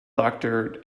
doctor